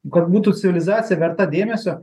kad būtų civilizacija verta dėmesio